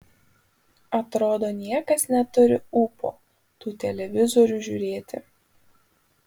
atrodo niekas neturi ūpo tų televizorių žiūrėti